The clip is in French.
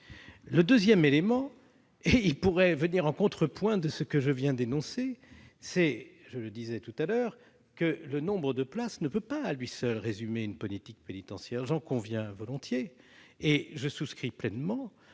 Le deuxième élément pourrait venir en contrepoint de ce que je viens d'énoncer : comme je le disais tout à l'heure, le nombre de places ne peut pas à lui seul résumer une politique pénitentiaire, j'en conviens volontiers. Madame la garde des